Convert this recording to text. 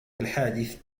الحادث